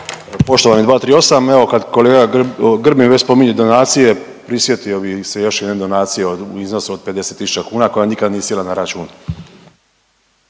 Poštovani 238., evo kad kolega Grbin već spominje donacije prisjetio bi se još jedne donacije u iznosu od 50 tisuća kuna koja nikad nije sjela na račun.